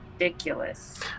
ridiculous